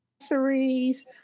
accessories